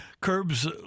Curbs